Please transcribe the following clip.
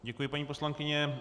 Děkuji vám paní poslankyně.